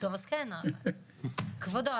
כבודו,